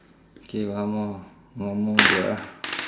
K one more one more ya